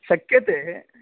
शक्यते